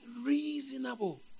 reasonable